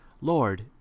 Lord